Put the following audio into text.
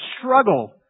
struggle